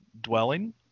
dwelling